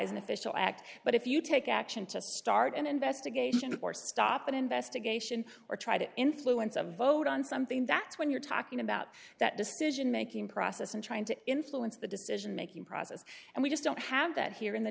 as an official act but if you take action to start an investigation or stop an investigation or try to influence a vote on something that's when you're talking about that decision making process and trying to influence the decision making process and we just don't have that here in the